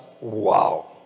wow